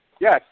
Yes